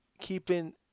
keeping